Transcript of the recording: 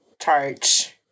charge